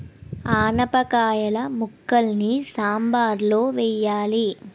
ఆనపకాయిల ముక్కలని సాంబారులో వెయ్యాలి